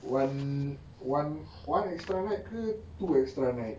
one one one extra night ke two extra night